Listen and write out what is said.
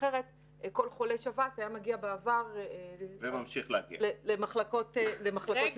אחרת כל חולה שבץ היה מגיע בעבר למחלקות פנימיות.